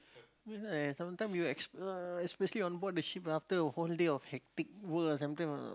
ya sometime you es~ uh especially on board the ship after a whole day of hectic work